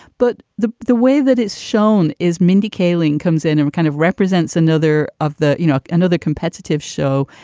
but the the way that is shown is mindy kaling comes in and kind of represents another of the, you know, another competitive show.